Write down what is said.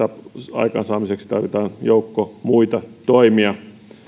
aikaansaamiseksi tarvitaan joukko muita toimia